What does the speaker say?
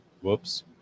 Whoops